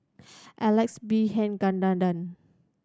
Alex Abisheganaden